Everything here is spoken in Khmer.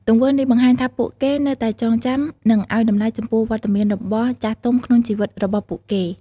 ទង្វើនេះបង្ហាញថាពួកគេនៅតែចងចាំ និងឲ្យតម្លៃចំពោះវត្តមានរបស់ចាស់ទុំក្នុងជីវិតរបស់ពួកគេ។